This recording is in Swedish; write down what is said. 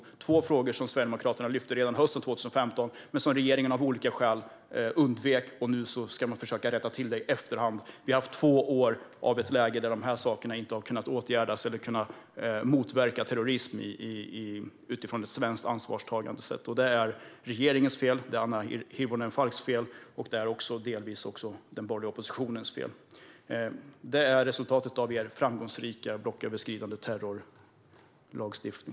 Detta är två frågor som Sverigedemokraterna lyfte redan hösten 2015 men som regeringen av olika skäl undvek. Nu ska man försöka rätta till det i efterhand. Vi har haft två år av ett läge där dessa saker inte har kunnat åtgärdas eller där man kunnat motverka terrorism utifrån ett svenskt ansvarstagande sätt. Det är regeringens fel. Det är Annika Hirvonen Falks fel. Det är delvis också den borgerliga oppositionens fel. Det är resultatet av er framgångsrika blocköverskridande terrorlagstiftning.